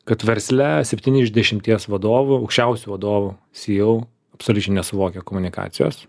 kad versle septyni iš dešimties vadovų aukščiausių vadovų ceo absoliučiai nesuvokia komunikacijos